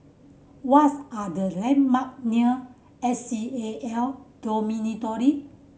what are the landmarks near S C A L Dormitory